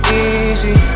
easy